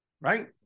Right